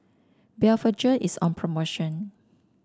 Blephagel is on promotion